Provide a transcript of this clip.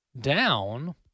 down